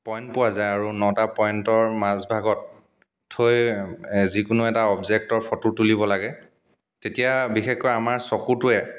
point পোৱা যায় আৰু নটা পইণ্টৰ মাজভাগত থৈ যিকোনো এটা অবজেক্টত ফটো তুলিব লাগে তেতিয়া বিশেষকৈ আমাৰ চকুটোৱে